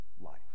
life